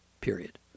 period